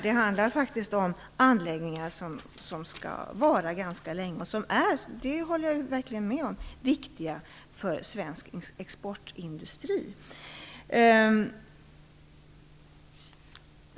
Det handlar faktiskt om anläggningar som skall finnas ganska länge och - det håller jag verkligen med om - som är viktiga för svensk exportindustri.